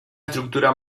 estructura